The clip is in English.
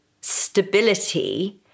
stability